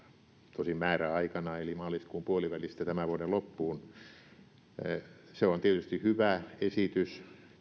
tosin määräaikana eli maaliskuun puolivälistä tämän vuoden loppuun on tietysti hyvä esitys